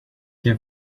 have